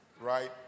right